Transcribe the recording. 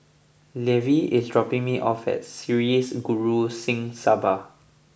Levi is dropping me off at Sri Guru Singh Sabha